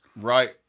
Right